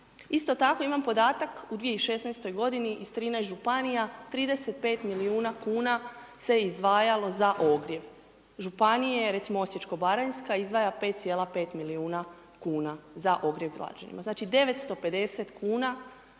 Isto tako imam podatak u 2016. godini iz 13 županija, 35 milijuna kuna se izdvajalo sa ogrijev, Županije, recimo Osječko-baranjska izdvaja 5,5 milijuna kuna za ogrijev građanima, znači 950 kuna